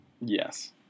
Yes